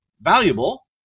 valuable